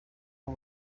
aho